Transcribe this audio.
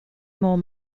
more